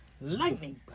Lightning